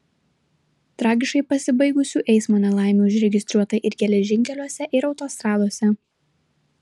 tragiškai pasibaigusių eismo nelaimių užregistruota ir geležinkeliuose ir autostradose